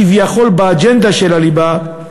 כביכול באג'נדה של הליבה,